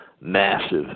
massive